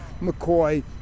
McCoy